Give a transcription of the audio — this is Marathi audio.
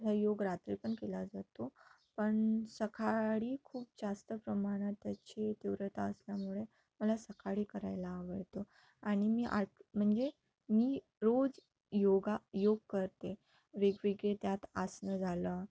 योग रात्री पण केला जातो पण सकाळी खूप जास्त प्रमाणात त्याची तीव्रता असल्यामुळे मला सकाळी करायला आवडतो आणि मी आट म्हणजे मी रोज योगा योग करते वेगवेगळे त्यात आसनं झालं